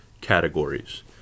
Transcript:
categories